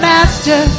Master